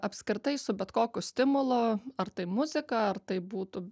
apskritai su bet kokiu stimulu ar tai muzika ar tai būtų